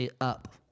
up